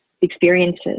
experiences